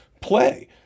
play